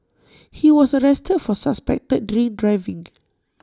he was arrested for suspected drink driving